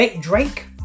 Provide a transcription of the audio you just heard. Drake